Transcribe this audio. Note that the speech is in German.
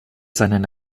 seinen